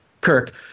Kirk